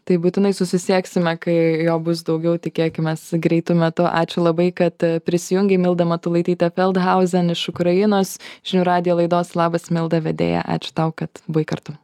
tai būtinai susisieksime kai jo bus daugiau tikėkimės greitu metu ačiū labai kad prisijungei milda matulaitytė feldhauzen iš ukrainos žinių radijo laidos labas milda vedėja ačiū tau kad buvai kartu